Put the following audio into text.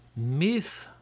miss,